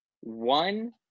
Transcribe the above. one